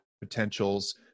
potentials